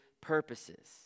purposes